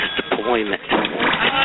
deployment